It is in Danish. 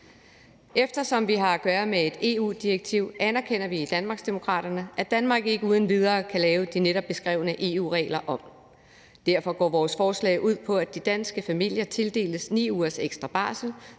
Eftersom vi har at gøre med et EU-direktiv, anerkender vi i Danmarksdemokraterne, at Danmark ikke uden videre kan lave de netop beskrevne EU-regler om. Derfor går vores forslag ud på, at de danske familier tildeles 9 ugers ekstra barsel,